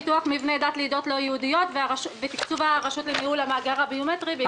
פיתוח מבני דת לעדות לא יהודיות ותקצוב הרשות לניהול המאגר הביומטרי.